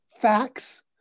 facts